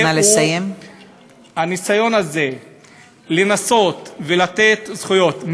הניסיון הזה לנסות ולתת זכויות,